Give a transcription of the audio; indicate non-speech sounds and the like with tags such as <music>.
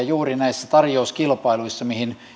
<unintelligible> juuri näissä tarjouskilpailuissa mihin